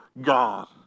God